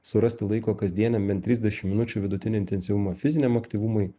surasti laiko kasdieniam bent trisdešim minučių vidutinio intensyvumo fiziniam aktyvumui